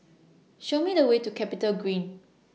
Show Me The Way to Capital Green